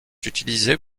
utilisés